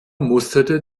musterte